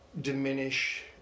diminish